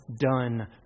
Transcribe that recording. done